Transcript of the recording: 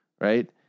right